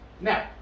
Now